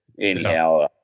anyhow